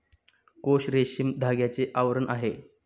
कोश रेशमी धाग्याचे आवरण आहे